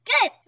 Good